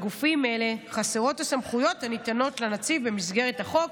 לגופים אלה חסרות הסמכויות הניתנות לנציב במסגרת החוק,